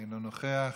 אינו נוכח,